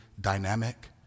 dynamic